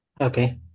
Okay